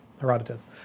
Herodotus